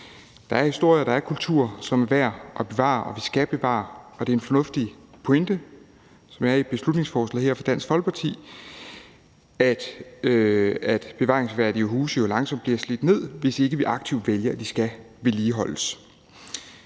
Der er historie, og der er kulturarv, som er værd at bevare, og som vi skal bevare, og det er en fornuftig pointe, som er i beslutningsforslaget her fra Dansk Folkeparti, altså at bevaringsværdige huse jo langsomt bliver slidt ned, hvis ikke vi aktivt vælger, at de skal vedligeholdes.